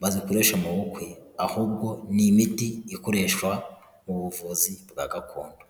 bazikoresha mu bukwe ahubwo ni imiti ikoreshwa mu buvuzi bwa gakondo.